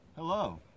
Hello